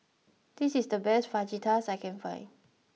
this is the best Fajitas that I can find